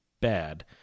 bad